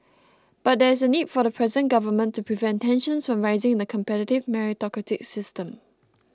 but there is a need for the present Government to prevent tensions from rising in the competitive meritocratic system